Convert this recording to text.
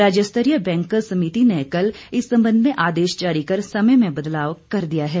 राज्यस्तरीय बैंकर्स समिति ने कल इस संबंध में आदेश जारी कर समय में बदलाव कर दिया है